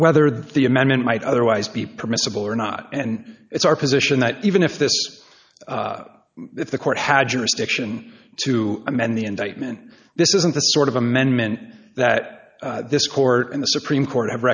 whether the amendment might otherwise be permissible or not and it's our position that even if this if the court had jurisdiction to amend the indictment this isn't the sort of amendment that this court and the supreme court have